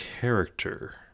character